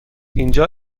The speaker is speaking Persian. اینجا